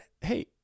Hey